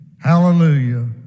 hallelujah